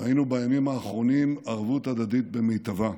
ראינו בימים האחרונים ערבות הדדית במיטבה,